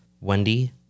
Wendy